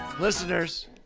Listeners